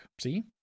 see